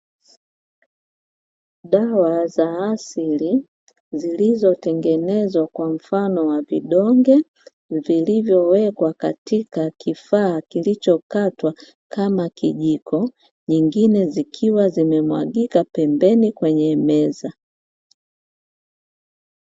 Dawa za asili zilizotengenezwa kwa mfano wa vidonge, vilivyowekwa katika kifaa kilichokatwa kama kijiko, nyingine zikiwa zimemwagika pembeni kwenye meza.